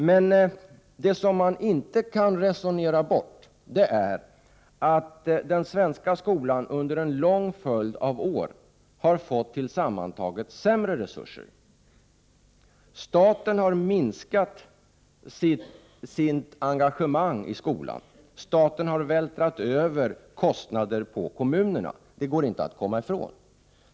Men det som man inte kan resonera bort är att den svenska skolan under en lång följd av år totalt sett har fått sämre resurser. Staten har minskat sitt engagemang i skolan och vältrat över kostnader på kommunerna. Detta går inte att komma ifrån.